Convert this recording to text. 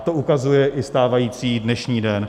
To ukazuje i stávající dnešní den.